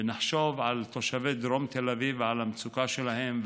ונחשוב על תושבי דרום תל אביב ועל המצוקה שלהם,